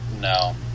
No